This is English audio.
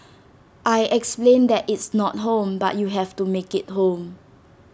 I explained that it's not home but you have to make IT home